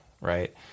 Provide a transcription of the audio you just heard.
right